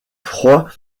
proie